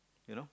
you know